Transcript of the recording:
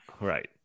Right